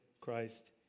Christ